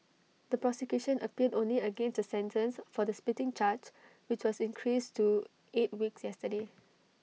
the prosecution appealed only against the sentence for the spitting charge which was increased to eight weeks yesterday